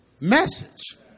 message